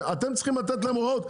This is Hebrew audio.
אתם צריכים לתת להם הוראות,